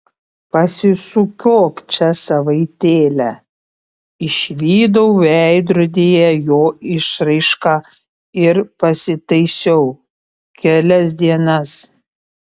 pasisukiok čia savaitėlę išvydau veidrodyje jo išraišką ir pasitaisiau kelias dienas